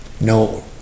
No